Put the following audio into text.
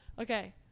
okay